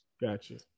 Gotcha